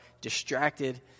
distracted